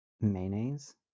Mayonnaise